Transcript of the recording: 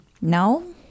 No